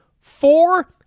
four